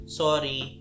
sorry